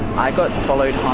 i got followed